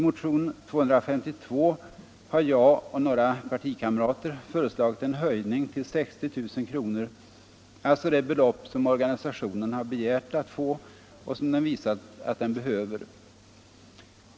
I motionen 252 har jag och några partikamrater föreslagit en höjning till 60 000 kr., alltså det belopp som organisationen har begärt att få och som den visat att den behöver.